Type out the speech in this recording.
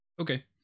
Okay